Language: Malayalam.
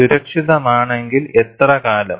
സുരക്ഷിതമാണെങ്കിൽ എത്ര കാലം